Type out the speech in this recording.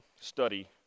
study